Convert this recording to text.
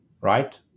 right